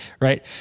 right